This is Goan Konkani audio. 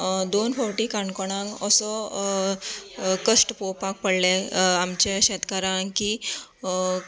दोन फावटी काणकोणाक असो कश्ट पोवपाक पडले आमचे शेतकारांक की